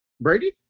Brady